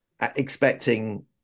expecting